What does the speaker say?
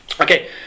Okay